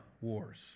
Wars